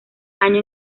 año